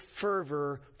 fervor